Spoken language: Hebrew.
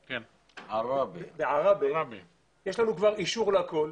בערבה יש לנו כבר אישור לכול.